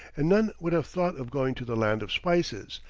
and none would have thought of going to the land of spices,